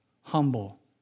humble